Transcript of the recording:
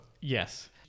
Yes